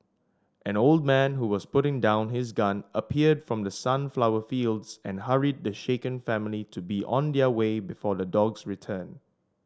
an old man who was putting down his gun appeared from the sunflower fields and hurried the shaken family to be on their way before the dogs return